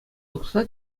тухса